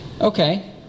Okay